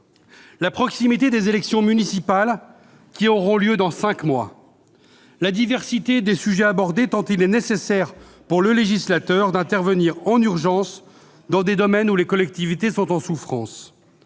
la proximité des élections municipales, qui auront lieu dans cinq mois ; la diversité des sujets abordés, tant il est nécessaire, pour le législateur, d'intervenir en urgence dans des domaines où les collectivités sont en souffrance